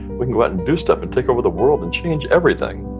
we can go out and do stuff and take over the world and change everything.